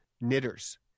knitters